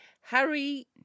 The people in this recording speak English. Harry